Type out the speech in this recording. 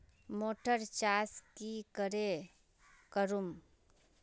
Motor चास की करे करूम?